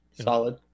Solid